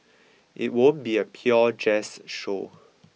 it won't be a pure jazz show